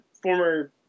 former